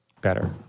better